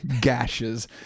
gashes